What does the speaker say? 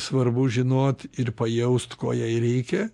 svarbu žinot ir pajaust ko jai reikia